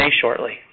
shortly